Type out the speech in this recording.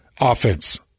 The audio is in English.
offense